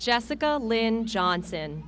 jessica lynch johnson